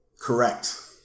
Correct